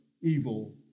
evil